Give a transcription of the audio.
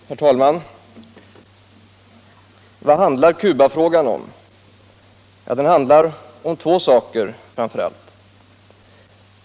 Herr talman! Vad handlar Cubafrågan om? Den handlar framför allt om två saker.